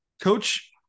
Coach